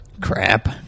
Crap